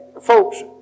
Folks